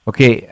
Okay